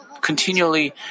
continually